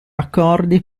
accordi